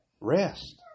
rest